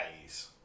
days